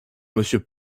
monsieur